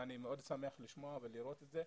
ואני מאוד שמח לשמוע ולראות את זה.